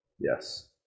Yes